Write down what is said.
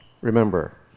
Remember